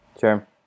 Sure